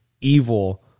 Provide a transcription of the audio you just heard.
evil